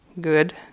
good